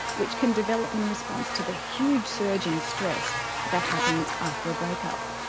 which can develop in response to the huge surge in stress that happens after a breakup.